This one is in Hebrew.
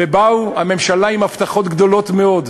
ובאה הממשלה עם הבטחות גדולות מאוד.